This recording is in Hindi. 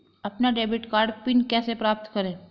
अपना डेबिट कार्ड पिन कैसे प्राप्त करें?